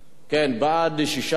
בעד, 6, אין מתנגדים.